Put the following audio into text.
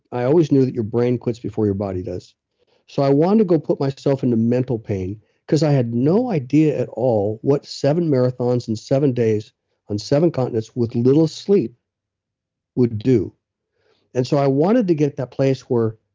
i always knew that your brain quits before your body does so, i want to go put myself into mental pain because i had no idea at all what seven marathons in seven days on seven continents with little sleep would do and so, i wanted to get that place where,